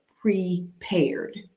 prepared